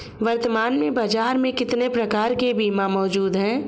वर्तमान में बाज़ार में कितने प्रकार के बीमा मौजूद हैं?